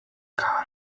car